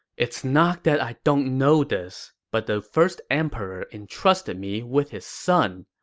it's not that i don't know this, but the first emperor entrusted me with his son.